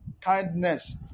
kindness